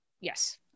Yes